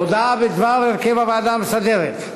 הודעה בדבר הרכב הוועדה המסדרת.